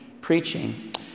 preaching